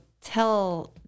tell